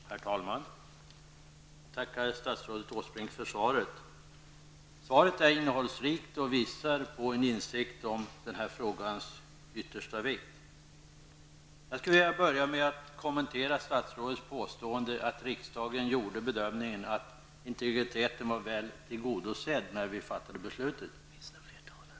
Herr talman! Jag tackar statsrådet Åsbrink för svaret. Det är innehållsrikt och visar på en insikt om frågans yttersta vikt. Jag skulle vilja börja med att kommentera statsrådets påstående om att riksdagen gjorde bedömningen att integriteten var väl tillgodosedd när vi fattade beslutet.